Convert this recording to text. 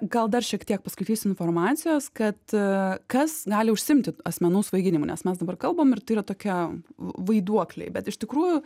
gal dar šiek tiek paskaitysiu informacijos kad kas gali užsiimti asmenų svaiginimu nes mes dabar kalbam ir tai yra tokia vaiduokliai bet iš tikrųjų